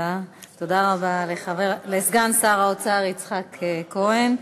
תודה רבה לסגן שר האוצר יצחק כהן.